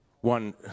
one